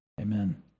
Amen